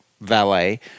valet